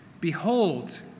Behold